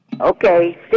Okay